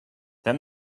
then